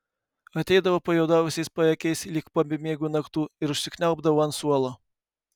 ateidavo pajuodusiais paakiais lyg po bemiegių naktų ir užsikniaubdavo ant suolo